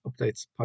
Updates